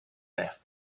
left